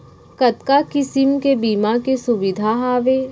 कतका किसिम के बीमा के सुविधा हावे?